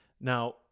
now